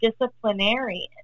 disciplinarian